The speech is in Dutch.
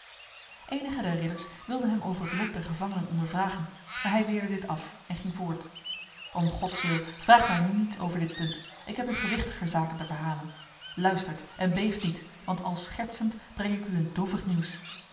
enigen der ridders wilden hem over het lot der gevangenen ondervragen maar hij weerde dit af en ging voort om gods wil vraagt mij nu niets over dit punt ik heb u gewichtiger zaken te verhalen luistert en beeft niet want al schertsend breng ik u een droevig nieuws